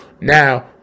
now